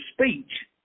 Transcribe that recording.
speech